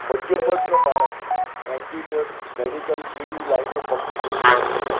મધ્યમ વર્ગનાં બાળક એન્જિનિયર મેડિકલ જેવી લાઈનો પકડી નથી શકતો